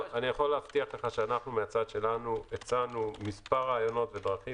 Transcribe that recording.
אני יכול להבטיח לך שאנחנו מהצד שלנו הצענו מספר רעיונות ודרכים